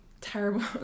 terrible